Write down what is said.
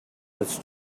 was